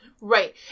Right